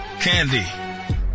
Candy